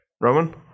Roman